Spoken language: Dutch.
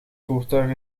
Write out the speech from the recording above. voertuig